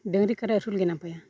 ᱰᱟᱹᱝᱨᱤ ᱠᱟᱰᱟ ᱟᱹᱥᱩᱞᱜᱮ ᱱᱟᱯᱟᱭᱟ